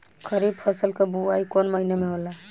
खरीफ फसल क बुवाई कौन महीना में होला?